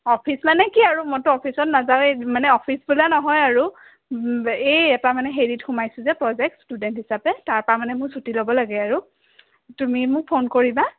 office মানে কি আৰু মইতো অফিচত নাযাওৱে মানে অফিচ বোলা নহয় আৰু এই এটা মানে হেৰিত সোমাইছোঁ যে প্ৰজেক্ট ষ্টুডেন্ট হিচাপে তাৰ পৰা মানে মই ছুটি ল'ব লাগে আৰু তুমি মোক ফোন কৰিবা